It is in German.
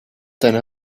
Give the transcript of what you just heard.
deine